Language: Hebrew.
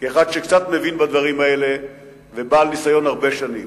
כאחד שקצת מבין בדברים האלה ובעל ניסיון הרבה שנים: